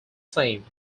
same